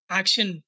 action